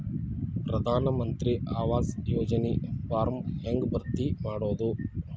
ಪ್ರಧಾನ ಮಂತ್ರಿ ಆವಾಸ್ ಯೋಜನಿ ಫಾರ್ಮ್ ಹೆಂಗ್ ಭರ್ತಿ ಮಾಡೋದು?